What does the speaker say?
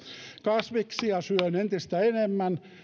kasviksia syön entistä enemmän